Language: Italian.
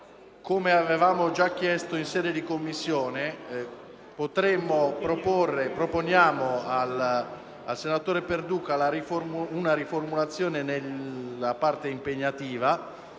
come già chiesto in sede di Commissione, proponiamo al senatore Perduca una riformulazione della parte dispositiva